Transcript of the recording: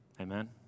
Amen